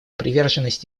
приверженность